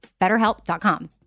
BetterHelp.com